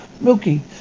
milky